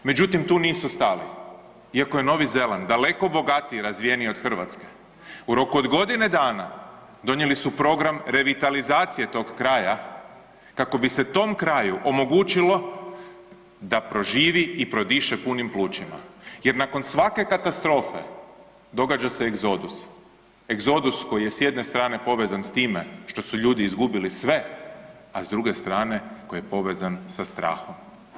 Međutim, tu nisu stali, iako je Novi Zeland daleko bogatiji i razvijeniji od Hrvatske u roku od godine dana donijeli su program revitalizacije tog kraja kako bi se tom kraju omogućilo da proživi i prodiše punim plućima jer nakon svake katastrofe događa se egzodus, egzodus koji je s jedne strane povezan s time što su ljudi izgubili sve, a s druge strane koji je povezan sa strahom.